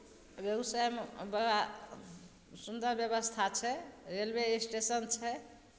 बेगूसरायमे बड़ा सुन्दर बेबस्था छै रेलवे स्टेशन छै